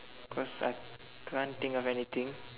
cause I can't think of anything